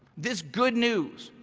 this good news,